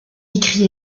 écrit